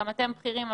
גם אתם בכירים,